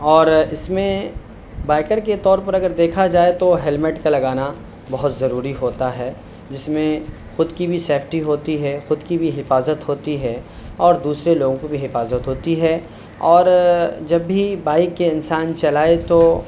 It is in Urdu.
اور اس میں بائکر کے طور پر اگر دیکھا جائے تو ہیلمٹ کا لگانا بہت ضروری ہوتا ہے جس میں خود کی بھی سیفٹی ہوتی ہے خود کی بھی حفاظت ہوتی ہے اور دوسرے لوگوں کی بھی حفاظت ہوتی ہے اور جب بھی بائک انسان چلائے تو